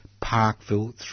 Parkville